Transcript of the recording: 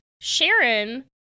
Sharon